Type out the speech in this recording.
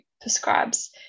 prescribes